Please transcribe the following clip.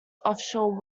offshore